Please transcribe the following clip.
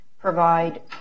provide